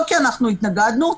לא כי אנחנו התנגדנו,